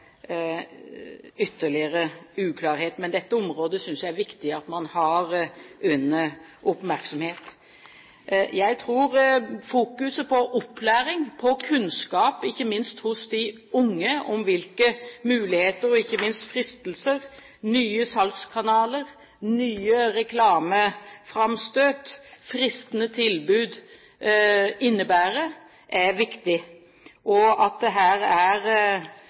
ytterligere uklarhet. Men dette området synes jeg det er viktig at man har under oppmerksomhet. Jeg tror fokuset på opplæring, på kunnskap – ikke minst hos de unge – om hvilke muligheter og ikke minst fristelser, nye salgskanaler, nye reklameframstøt og fristende tilbud innebærer, er viktig, og at det her er